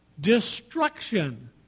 Destruction